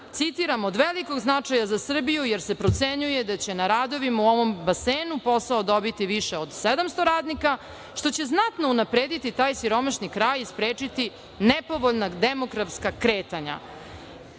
citiram - od velikog značaja za Srbiju, jer se procenjuje da će na radovima na ovom basenu posao dobiti više od 700 radnika, što će znatno unaprediti taj siromašni kraj i sprečiti nepovoljna demografska kretanja. Poslanica